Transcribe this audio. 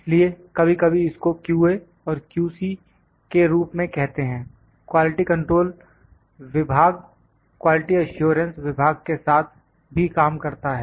इसलिए कभी कभी इसको QA और QC के रूप में कहते हैं क्वालिटी कंट्रोल विभाग क्वालिटी एश्योरेंस विभाग के साथ भी काम करता है